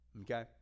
Okay